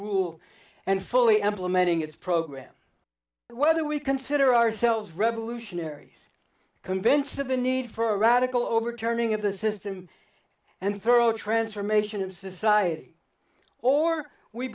rule and fully implementing its program whether we consider ourselves revolutionaries convinced of the need for a radical overturning of the system and throw transformation of society or we